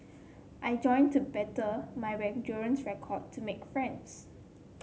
I joined to better my endurance record to make friends